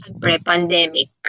pre-pandemic